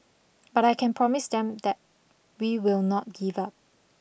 but I can promise them that we will not give up